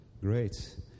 Great